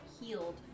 healed